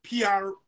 PR